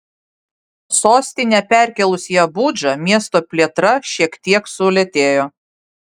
sostinę perkėlus į abudžą miesto plėtra šiek tiek sulėtėjo